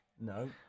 No